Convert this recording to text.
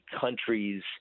countries